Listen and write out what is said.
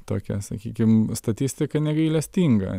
tokia sakykim statistika negailestinga